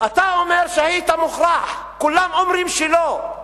אתה אומר שהיית מוכרח, כולם אומרים שלא.